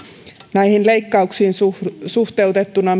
näihin leikkauksiin suhteutettuna